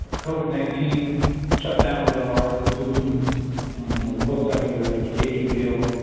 covid nineteen shutdowns of our institutions in the post-secondary education field,